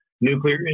nuclear